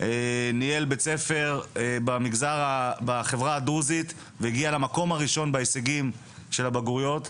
ניהל בית ספר בחברה הדרוזית והגיע למקום הראשון בהישגים של הבגרויות.